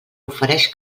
ofereix